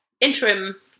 interim